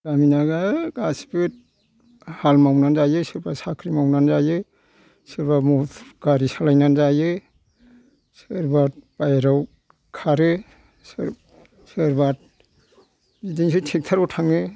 गामिना गासिबो हाल मावनानै जायो सोरबा साख्रि मावनानै जायो सोरबा मथर गारि सालायना जायो सोरबा बाहायरायाव खारो सोर सोरबा बिदिनोसै ट्रेक्टरयाव थाङो